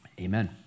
Amen